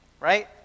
right